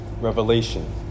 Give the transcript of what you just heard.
revelation